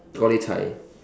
truly tie